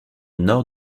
nord